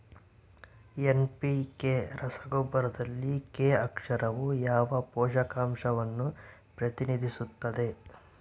NPK ರಸಗೊಬ್ಬರದಲ್ಲಿ K ಅಕ್ಷರವು ಯಾವ ಪೋಷಕಾಂಶವನ್ನು ಪ್ರತಿನಿಧಿಸುತ್ತದೆ?